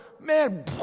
man